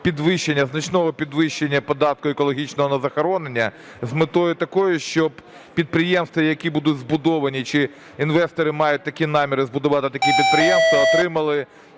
значного підвищення податку екологічного на захоронення з метою такою, щоб підприємства, які будуть збудовані, чи інвестори мають такі наміри збудувати такі підприємства отримали,